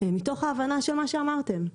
מתוך ההבנה של מה שאמרתם.